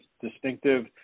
distinctive